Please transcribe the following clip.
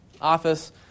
office